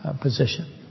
position